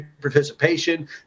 participation